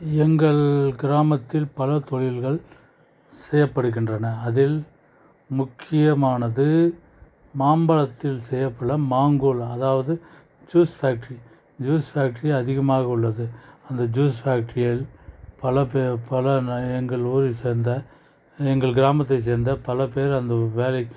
எங்கள் கிராமத்தில் பல தொழில்கள் செய்யப்படுகின்றன அதில் முக்கியமானது மாம்பழத்தில் செய்யக்கூடிய மாங்குலா அதாவது ஜூஸ் ஃபேக்ட்ரி ஜூஸ் ஃபேக்ட்ரி அதிகமாக உள்ளது அந்த ஜூஸ் ஃபேக்ட்ரியில் பல பே பல எங்கள் ஊரை சேர்ந்த எங்கள் கிராமத்தை சேர்ந்த பல பேர் அந்த வேலை